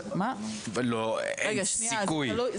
לא, אין סיכוי.